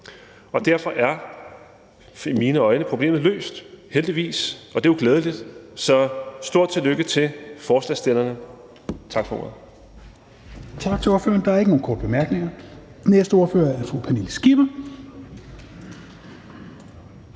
er problemet i mine øjne løst, heldigvis, og det er jo glædeligt. Så stort tillykke til forslagsstillerne. Tak for ordet.